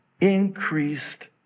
increased